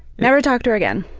never talked to her again.